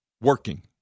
working